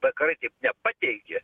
vakarai taip nepateikė